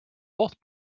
both